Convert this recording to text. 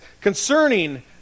concerning